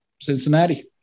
Cincinnati